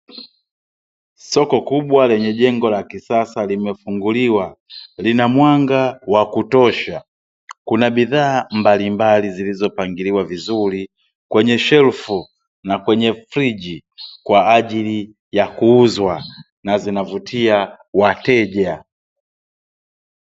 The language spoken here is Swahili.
Soko kubwa lenye jengo la kisasa limefunguliwa, lina mwanga wa kutosha kuna bidhaa mbalimbali zilizopangiliwa vizuri kwenye shelfu na kwenye friji kwa ajili ya kuuzwa na zinavutia wateja.